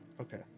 Okay